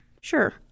Sure